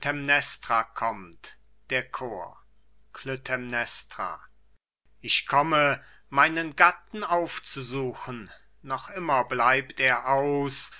klytämnestra kommt der chor klytämnestra ich komme meinen gatten aufzusuchen noch immer bleibt er aus